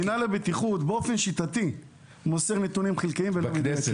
מינהל הבטיחות באופן שיטתי מוסר נתונים חלקיים ולא מדויקים,